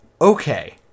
Okay